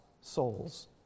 souls